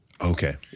Okay